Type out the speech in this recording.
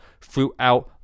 throughout